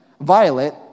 Violet